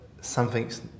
something's